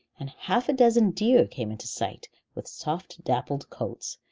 and half-a-dozen deer came into sight, with soft dappled coats,